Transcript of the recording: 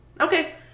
okay